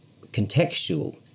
contextual